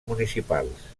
municipals